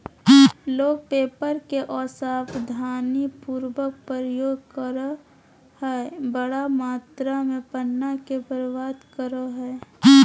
लोग पेपर के असावधानी पूर्वक प्रयोग करअ हई, बड़ा मात्रा में पन्ना के बर्बाद करअ हई